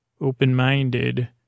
open-minded